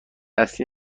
اصلی